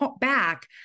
back